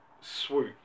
swoop